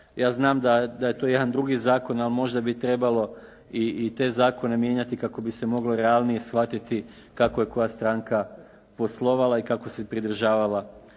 ja znam da je tu jedan drugi zakon, ali možda bi trebalo i te zakone mijenjati kako bi se moglo realnije shvatiti kako je koja stranka poslovala i kako se pridržavala